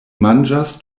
manĝas